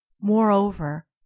Moreover